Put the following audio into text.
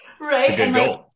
Right